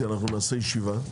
ישיבה,